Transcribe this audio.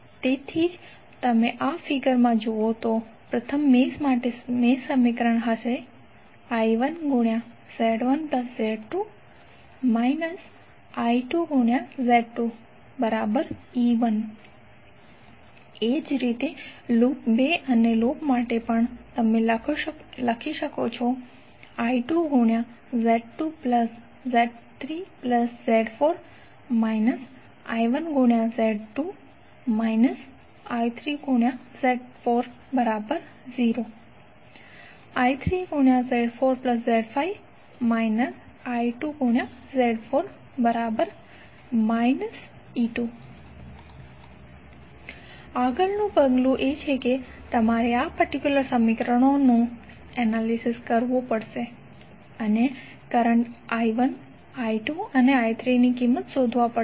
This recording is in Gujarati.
તેથી જો તમે આ ફિગર માં જુઓ તો પ્રથમ મેશ માટેનું મેશ સમીકરણ હશે I1Z1Z2 I2Z2E1 એ જ રીતે લૂપ 2 અને લૂપ 3 માટે પણ તમે લખી શકો છો I2Z2Z3Z4 I1Z2 I3Z40 I3Z4Z5 I2Z4 E2 આગળનું પગલું એ છે કે તમારે આ પર્ટિક્યુલર સમીકરણોનું એનાલિસિસ કરવું પડશે અને કરંટ I1 I2 અને I3 ની કિંમત શોધવા પડશે